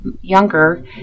younger